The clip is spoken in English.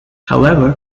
however